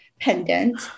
pendant